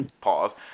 pause